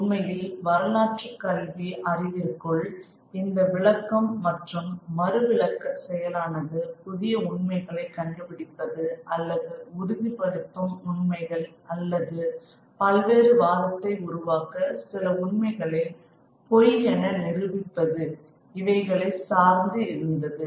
உண்மையில் வரலாற்று கல்வி அறிவிற்குள் இந்த விளக்கம் மற்றும் மறு விளக்கக் செயலானது புதிய உண்மைகளை கண்டுபிடிப்பது அல்லது உறுதிப்படுத்தும் உண்மைகள் அல்லது பல்வேறு வாதத்தை உருவாக்க சில உண்மைகளை பொய் என நிரூபிப்பது இவைகளை சார்ந்து இருந்தது